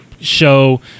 Show